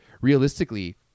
realistically